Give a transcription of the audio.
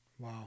Wow